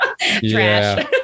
Trash